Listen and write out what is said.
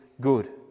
good